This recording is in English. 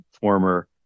former